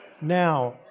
Now